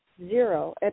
Zero